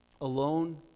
alone